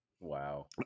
Wow